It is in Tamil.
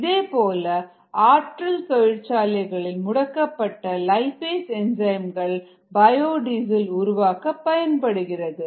இதேபோல ஆற்றல் தொழிற்சாலைகளில் முடக்கப்பட்ட லைபேஸ் என்சைம்கள் பயோ டீசல் உருவாக்க பயன்படுகிறது